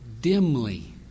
dimly